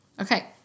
okay